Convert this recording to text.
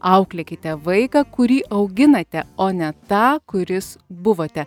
auklėkite vaiką kurį auginate o ne tą kuris buvote